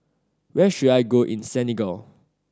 where should I go in Senegal